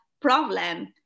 problem